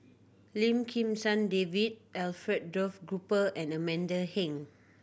Lim Kim San David Alfred Duff Cooper and Amanda Heng